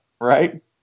right